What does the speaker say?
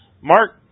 Mark